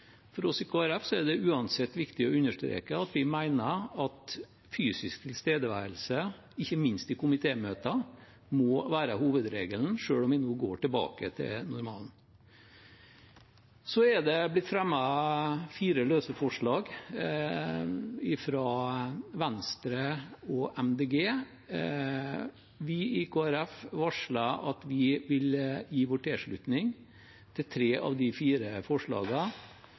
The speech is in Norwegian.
For oss i Kristelig Folkeparti er det uansett viktig å understreke at vi mener at fysisk tilstedeværelse, ikke minst i komitémøter, må være hovedregelen selv om vi nå går tilbake til normalen. Så er det blitt fremmet fire løse forslag, fra Venstre og Miljøpartiet De Grønne. Vi i Kristelig Folkeparti varsler at vi vil gi vår tilslutning til tre av de fire